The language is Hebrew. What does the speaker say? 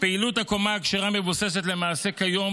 פעילות הקומה הכשרה מבוססת למעשה כיום